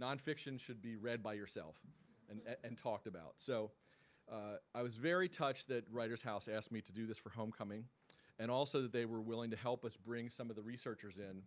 nonfiction should be read by yourself and and talked about. so i was very touched that writers house asked me to do this for homecoming and also they were willing to help us bring some of the researchers in